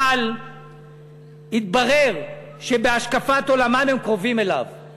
אבל התברר שבהשקפת עולמם הם קרובים אליו.